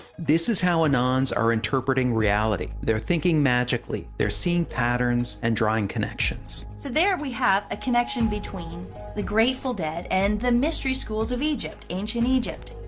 this is how anons are interpreting reality. they're thinking magically. they're seeing patterns and drawing connections. so there we have a connection between the grateful dead and the mystery schools of egypt, ancient egypt.